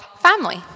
Family